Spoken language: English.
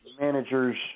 managers